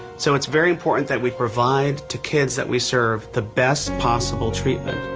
so, it's very important that we provide to kids that we serve the best possible treatment.